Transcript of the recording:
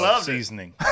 seasoning